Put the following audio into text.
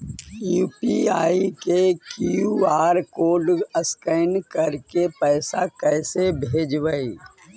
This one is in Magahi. यु.पी.आई के कियु.आर कोड स्कैन करके पैसा कैसे भेजबइ?